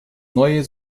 neue